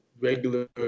regular